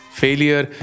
failure